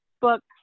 books